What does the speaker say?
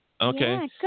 Okay